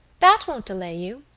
that won't delay you.